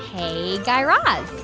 hey, guy raz